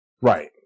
Right